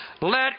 let